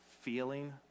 feeling